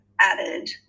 added